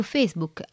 Facebook